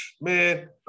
man